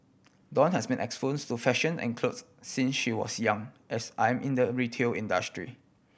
dawn has been to fashion and clothes since she was young as I'm in the retail industry